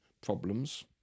problems